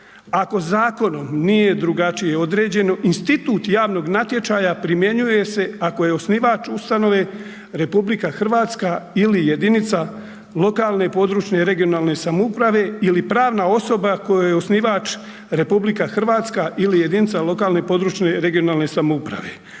ako zakonom nije drugačije određeno institut javnog natječaja primjenjuje se ako je osnivač ustanove RH ili jedinica lokalne i područne (regionalne) samouprave ili pravna osoba kojoj je osnivač RH ili jedinica lokalne i područne (regionalne) samouprave,